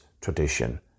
tradition